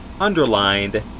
underlined